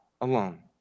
alone